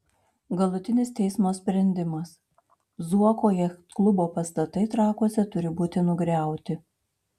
galutinis teismo sprendimas zuoko jachtklubo pastatai trakuose turi būti nugriauti